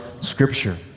Scripture